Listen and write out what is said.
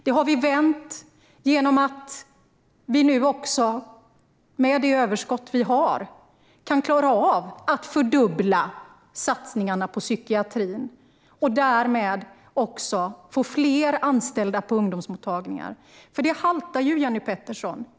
Det har vi vänt genom att vi nu, med det överskott vi har, kan klara av att fördubbla satsningarna på psykiatrin och därmed också få fler anställda på ungdomsmottagningar. Det haltar ju, Jenny Petersson.